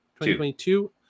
2022